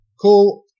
cool